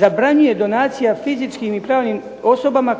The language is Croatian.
zabranjuje donacija fizičkim i pravnim osobama